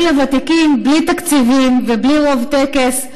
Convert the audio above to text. לוותיקים בלי תקציבים ובלי רוב טקס,